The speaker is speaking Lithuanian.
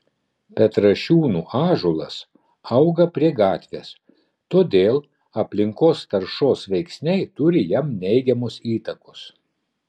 petrašiūnų ąžuolas auga prie gatvės todėl aplinkos taršos veiksniai turi jam neigiamos įtakos